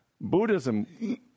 Buddhism